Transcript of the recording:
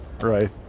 Right